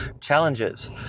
challenges